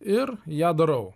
ir ją darau